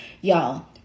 y'all